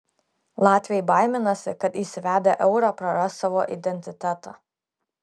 latviai baiminasi kad įsivedę eurą praras savo identitetą